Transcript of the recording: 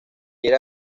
era